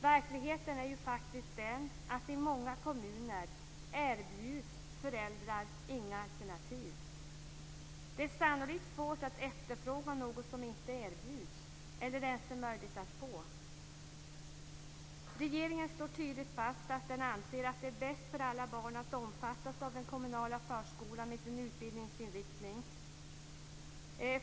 Verkligheten är faktiskt den att i många kommuner erbjuds föräldrar inga alternativ. Det är sannolikt svårt att efterfråga något som inte erbjuds eller ens är möjligt att få. Regeringen slår tydligt fast att den anser att det är bäst för alla barn att omfattas av den kommunala förskolan med dess utbildningsinriktning.